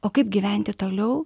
o kaip gyventi toliau